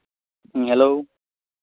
hello